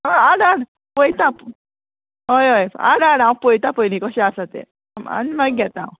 हय हाड हाड पयता हय हय हाड हाड हांव पयतां पयलीं कशें आसा तें आनी मागीर घेता हांव